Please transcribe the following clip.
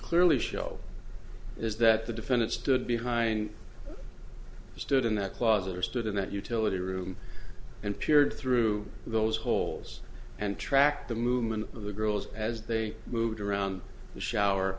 clearly show is that the defendant stood behind stood in that closet or stood in that utility room and peered through those holes and track the movement of the girls as they moved around the shower